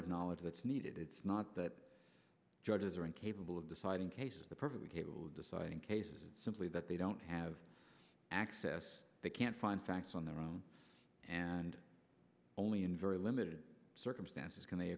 of knowledge that's needed it's not that judges are incapable of deciding cases the perfectly capable deciding cases simply that they don't have access they can't find facts on their own and only in very limited circumstances can they